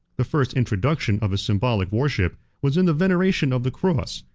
the first introduction of a symbolic worship was in the veneration of the cross,